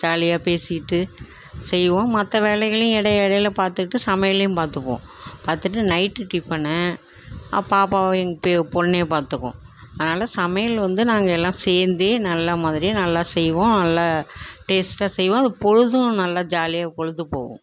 ஜாலியாக பேசிகிட்டு செய்வோம் மற்ற வேலைகளும் இடை இடைல பார்த்துட்டு சமையல்லையும் பார்த்துப்போம் பார்த்துட்டு நைட்டு டிஃபனு பாப்பாவே எங் பெ பெண்ணே பார்த்துக்கும் அதனால் சமையல் வந்து நாங்கள் எல்லாம் சேர்ந்தே நல்ல மாதிரி நல்லா செய்வோம் நல்லா டேஸ்ட்டாக செய்வோம் அது பொழுதும் நல்லா ஜாலியாக பொழுது போகும்